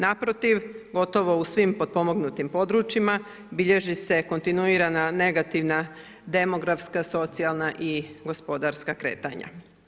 Naprotiv, gotovo u svim potpomognutim područjima, bilježi se kontinuirana negativna demografska, socijalna i gospodarska kretanja.